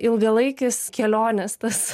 ilgalaikis kelionės tas